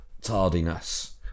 tardiness